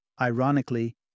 Ironically